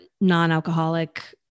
non-alcoholic